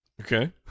Okay